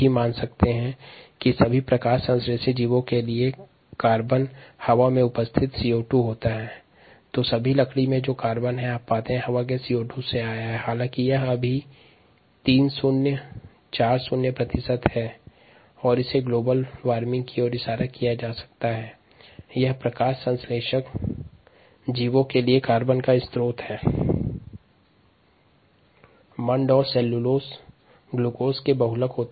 मंड और cellulose glucose के बहुलक हैं